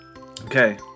Okay